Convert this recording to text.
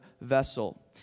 vessel